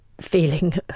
feeling